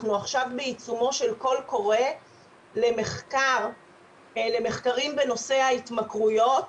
אנחנו עכשיו בעיצומו של קול קורא למחקרים בנושא ההתמכרויות.